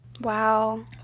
Wow